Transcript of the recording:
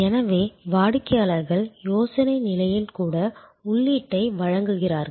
எனவே வாடிக்கையாளர்கள் யோசனை நிலையில் கூட உள்ளீட்டை வழங்குகிறார்கள்